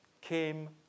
came